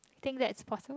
think that's possible